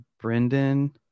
Brendan